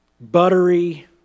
buttery